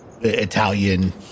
Italian